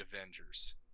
Avengers